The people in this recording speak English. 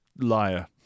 liar